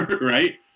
right